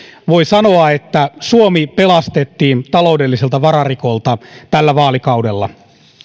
voi sanoa että suomi pelastettiin taloudelliselta vararikolta tällä vaalikaudella